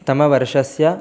तमवर्षस्य